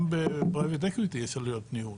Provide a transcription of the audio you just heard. גם ב- private equity יש עלויות ניהול